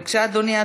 בבקשה, אדוני.